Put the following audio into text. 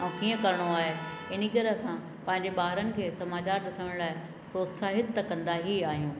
ऐं कीअं करिणो आहे इन करे असां पंहिंजे ॿारनि खे समाचार ॾिसण लाइ प्रोत्साहित त कंदा ई आहियूं